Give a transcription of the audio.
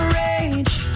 rage